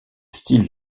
style